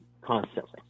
constantly